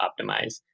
optimize